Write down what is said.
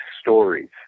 stories